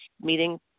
meeting